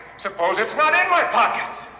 suppose it's not in my pockets?